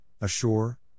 ashore